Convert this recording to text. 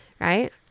right